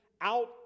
out